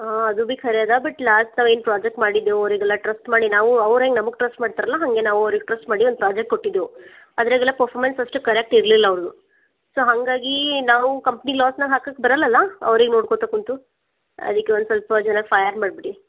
ಹಾಂ ಅದು ಭಿ ಖರೆ ಅದ ಬಟ್ ಲಾಸ್ಟ್ ನಾವು ಏನು ಪ್ರಾಜೆಕ್ಟ್ ಮಾಡಿದ್ದೆವು ಅವರಿಗೆಲ್ಲಾ ಟ್ರಸ್ಟ್ ಮಾಡಿ ಅವರು ಹೇಗೆ ನಮ್ಗೆ ಟ್ರಸ್ಟ್ ಮಾಡ್ತಾರಲ್ಲ ಹಾಗೆ ನಾವು ಅವ್ರಿಗೆ ಟ್ರಸ್ಟ್ ಮಾಡಿ ಒಂದು ಪ್ರಾಜೆಕ್ಟ್ ಕೊಟ್ಟಿದ್ದೆವು ಅದರಾಗೆಲ್ಲ ಪರ್ಫಾರ್ಮೆನ್ಸಸ್ ಅಷ್ಟು ಕರೆಕ್ಟ್ ಇರಲಿಲ್ಲ ಅವರದ್ದು ಸೋ ಹಾಗಾಗಿ ನಾವು ಕಂಪ್ನಿ ಲಾಸ್ನಾಗ ಹಾಕಕ್ಕೆ ಬರೋಲ್ಲಲ್ಲ ಅವ್ರಿಗೆ ನೋಡ್ಕೋತ ಕೂತು ಅದಕ್ಕೆ ಒಂದು ಸ್ವಲ್ಪ ಜನ ಫೈಯರ್ ಮಾಡಿಬಿಡಿ